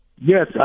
Yes